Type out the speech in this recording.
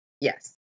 Yes